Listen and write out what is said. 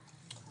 בהקדם